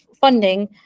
funding